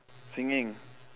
singing